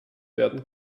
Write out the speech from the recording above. werden